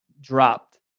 Dropped